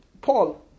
Paul